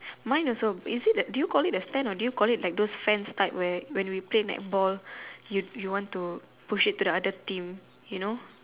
mine also is it the do you call it a stand or do you call it like those fence type where when you play netball you want to push it to the other team